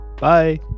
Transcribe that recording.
Bye